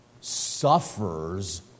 suffers